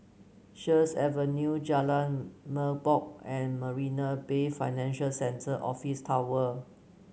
Sheares Avenue Jalan Merbok and Marina Bay Financial Centre Office Tower